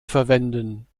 verwenden